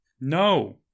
No